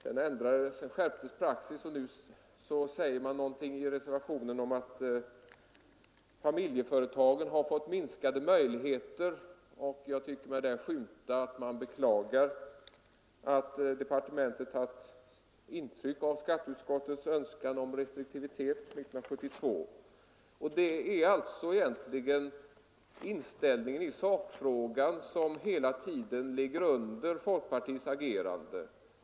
Sedan skärptes praxis och nu säger man någonting i reservationen om att familjeföretagen har fått minskade möjligheter. Jag tycker mig där skymta att man beklagar att departementet tagit intryck av skatteutskottets önskan om restriktivitet år 1972. Det är egentligen inställningen i sakfrågan som hela tiden ligger bakom folkpartiets agerande.